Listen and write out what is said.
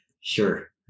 Sure